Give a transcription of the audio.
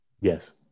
Yes